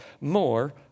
More